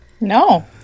No